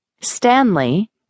Stanley